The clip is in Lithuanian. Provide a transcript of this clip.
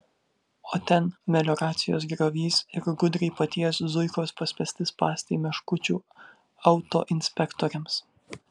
o ten melioracijos griovys ir gudriai paties zuikos paspęsti spąstai meškučių autoinspektoriams